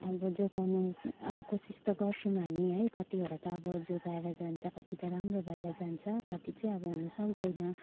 अब जोगाउनु अब कोसिस त गर्छौँ हामी है कतिवटा त अब जोगाएर जान्छ कति त राम्रो भएर जान्छ कति चाहिँ अब हुनुसक्दैन